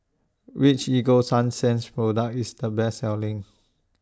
Which Ego Sunsense Product IS The Best Selling